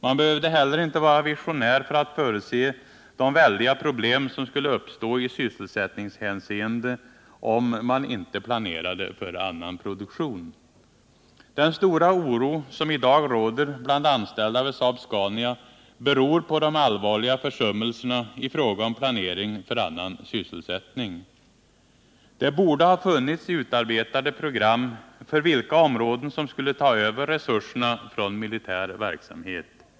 Man behövde heller inte vara visionär för att förutse de väldiga problem som skulle uppstå i sysselsättningshänseende om man inte planerade för annan produktion. Den stora oro som i dag råder bland anställda vid Saab-Scania beror på de allvarliga försummelserna i fråga om planering för annan sysselsättning. Det borde ha funnits utarbetade program för vilka områden som skulle ta över resurserna från militär verksamhet.